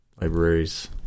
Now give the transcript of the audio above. libraries